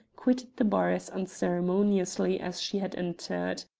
quitted the bar as unceremoniously as she had entered.